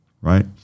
right